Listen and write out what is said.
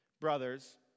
brothers